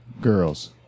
girls